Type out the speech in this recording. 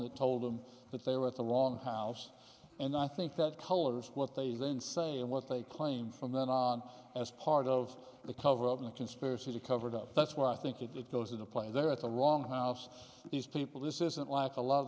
that told them that they were at the longhouse and i think that colors what they then say and what they claim from then on as part of the coverup in a conspiracy to cover it up that's what i think if it goes in a play there at the wrong house these people this isn't like a lot of